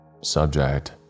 Subject